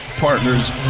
Partners